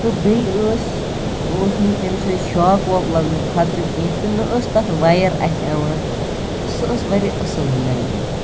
تہٕ بیٚیہِ ٲس اوٗس نہٕ تمہِ سۭتۍ شواق واق لَگنُک خطرٕ کیٚنٛہہ تہٕ نَہ ٲس تَتھ وایِر اَتھِہِ یِوان تہٕ سۄ ٲس واریاہ اصٕل بلینٛکیٚٹ